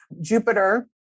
Jupiter